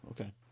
Okay